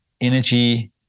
energy